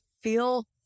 feel